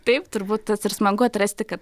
taip turbūt tas ir smagu atrasti kad